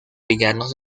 villanos